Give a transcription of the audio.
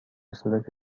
صورت